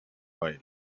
while